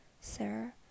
sarah